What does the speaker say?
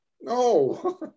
no